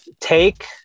take